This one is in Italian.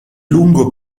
lungo